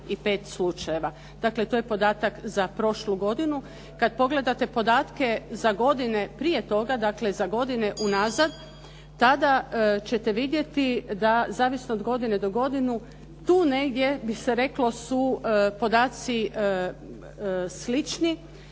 Dakle, to je podatak za prošlu godinu. Kad pogledate podatke za godine prije toga, dakle za godine unazad tada ćete vidjeti da zavisno od godine do godine tu negdje bi se reklo su podaci slični